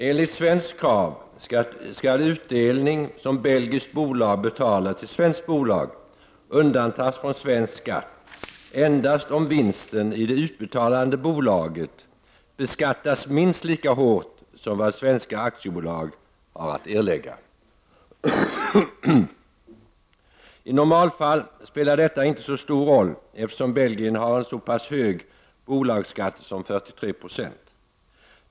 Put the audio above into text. Enligt svenskt krav skall utdelning som belgiskt bolag betalar till svenskt bolag undantas från svensk skatt endast om det utbetalande bolaget beskattas minst lika hårt som svenska aktiebolag. I normalfallet spelar detta inte så stor roll, eftersom Belgien har en så pass hög bolagsskatt som 43 96.